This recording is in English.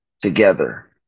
together